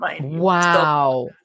Wow